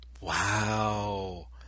Wow